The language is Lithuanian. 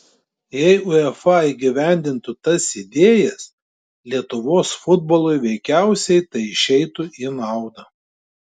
jei uefa įgyvendintų tas idėjas lietuvos futbolui veikiausia tai išeitų į naudą